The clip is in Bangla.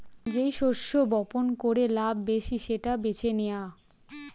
যেই শস্য বপন করে লাভ বেশি সেটা বেছে নেওয়া